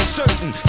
certain